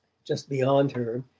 just beyond her,